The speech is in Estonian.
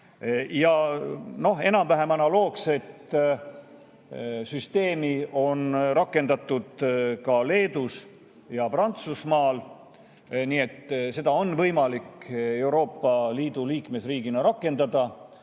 Enam-vähem analoogset süsteemi on rakendatud ka Leedus ja Prantsusmaal. Nii et seda on võimalik Euroopa Liidu liikmesriigina rakendada.